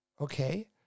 Okay